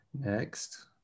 Next